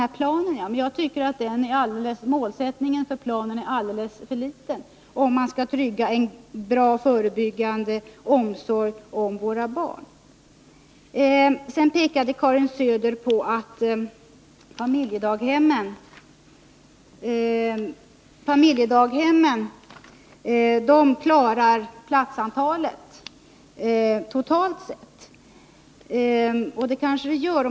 Det gäller om man utgår från planen från 1976, men målsättningen för den planen är enligt min mening alldeles för låg, om vi skall trygga en bra förebyggande omsorg om våra barn. Sedan pekade Karin Söder på att familjedaghemmen klarar platsantalet totalt sett, och det kanske de gör.